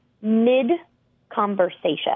mid-conversation